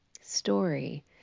story